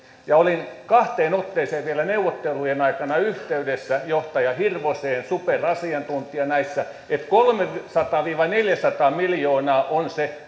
olin kahteen otteeseen vielä neuvottelujen aikana yhteydessä johtaja hirvoseen superasiantuntija näissä että kolmesataa viiva neljäsataa miljoonaa on se